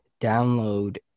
download